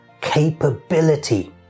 capability